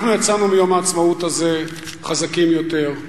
אנחנו יצאנו מיום העצמאות הזה חזקים יותר,